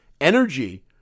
energy